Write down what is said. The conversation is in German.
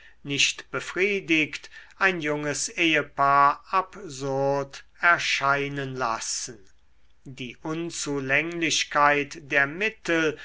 nicht befriedigt ein junges ehepaar absurd erscheinen lassen die unzulänglichkeit der mittel